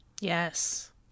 yes